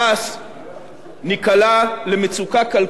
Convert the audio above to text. ניקלע למצוקה כלכלית ופיננסית